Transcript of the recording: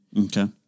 Okay